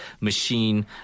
machine